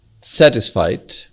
satisfied